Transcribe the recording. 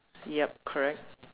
yup correct